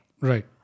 right